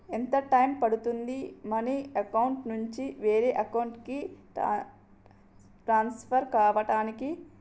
ఎంత టైం పడుతుంది money account నుంచి వేరే అకౌంట్ కి ట్రాన్స్ఫర్ కావటానికి?